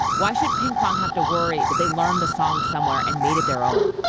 why should pinkfong have to worry that they learned the song somewhere and made it their own?